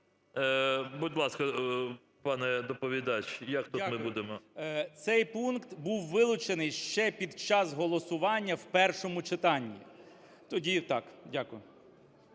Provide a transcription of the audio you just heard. Будь ласка, пане доповідач, як тут ми будемо? 16:14:10 КНЯЖИЦЬКИЙ М.Л. Дякую. Цей пункт був вилучений ще під час голосування в першому читанні, тоді так. Дякую.